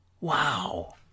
Wow